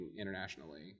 internationally